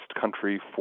Country